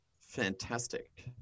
Fantastic